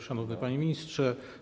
Szanowny Panie Ministrze!